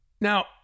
Now